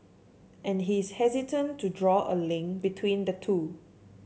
and he is hesitant to draw a link between the two